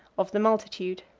of the multitude.